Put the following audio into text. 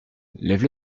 lève